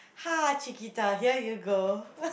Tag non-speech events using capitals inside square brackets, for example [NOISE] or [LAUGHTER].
!huh! Cheeketah here you go [LAUGHS]